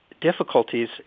difficulties